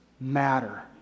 matter